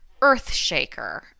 Earthshaker